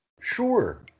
Sure